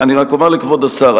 אני רק אומר לכבוד השר,